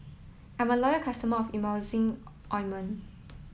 I'm a loyal customer of Emulsying Ointment